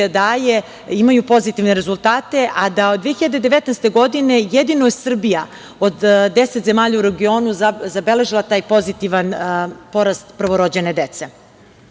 daje imaju pozitivne rezultate, a da od 2019. godine jedino je Srbija od 10 zemalja u regionu zabeležila taj pozitivan porast prvorođene dece. Kao